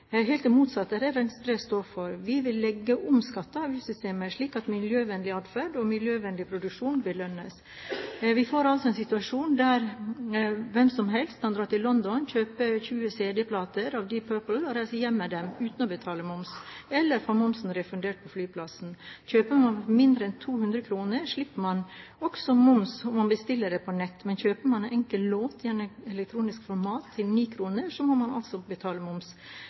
helt det motsatte av hva Venstre står for. Vi vil legge om skatte- og avgiftssystemet, slik at miljøvennlig adferd og miljøvennlig produksjon belønnes. Vi får altså en situasjon der hvem som helst kan dra til London, kjøpe 20 cd-plater av Deep Purple og reise hjem med dem uten å betale moms, eller få momsen refundert på flyplassen. Kjøper man for mindre enn 200 kr, slipper man også moms om man bestiller på nett, men kjøper man en enkelt låt i elektronisk format til 9 kr, må man altså betale moms.